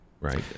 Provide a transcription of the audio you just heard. right